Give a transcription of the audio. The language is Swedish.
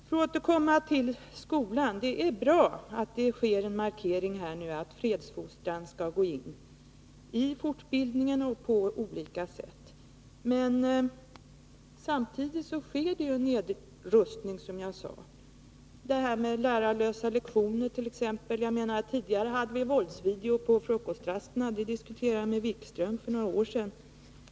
För att återkomma till skolan är det bra att det nu sker en markering att fredsfostran skall ingå i fortbildningen på olika sätt. Men samtidigt sker det ju en nedrustning, som jag sade tidigare. Lärarlösa lektioner är ett exempel på det. Tidigare förekom det att elever tittade på våldsvideo under frukostras ten. Den saken diskuterade jag med Jan-Erik Wikström för några år sedan.